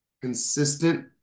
consistent